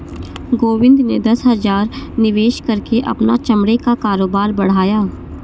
गोविंद ने दस हजार निवेश करके अपना चमड़े का कारोबार बढ़ाया